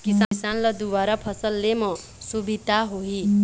किसान ल दुबारा फसल ले म सुभिता होही